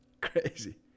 crazy